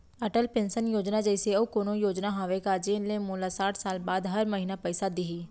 Atal pension Yojana जइसे अऊ कोनो योजना हावे का जेन ले मोला साठ साल बाद हर महीना पइसा दिही?